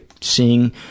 seeing